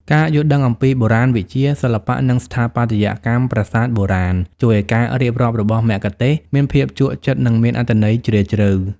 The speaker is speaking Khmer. ការយល់ដឹងអំពីបុរាណវិទ្យា សិល្បៈ និងស្ថាបត្យកម្មប្រាសាទបុរាណ ជួយឱ្យការរៀបរាប់របស់មគ្គុទ្ទេសក៍មានភាពជក់ចិត្ត និងមានអត្ថន័យជ្រាលជ្រៅ។